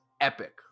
epic